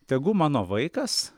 tegu mano vaikas